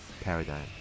paradigm